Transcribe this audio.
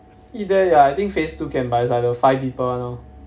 eat there ya I think phase two can but is the five people one lor